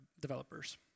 developers